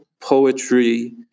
poetry